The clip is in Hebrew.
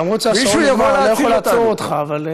למרות שהשעון נגמר, אני לא יכול לעצור אותך, אבל,